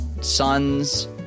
Sons